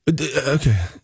Okay